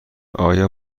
آیا